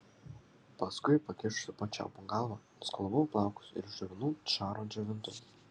paskui pakišusi po čiaupu galvą nuskalavau plaukus ir išsidžiovinau čaro džiovintuvu